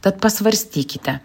tad pasvarstykite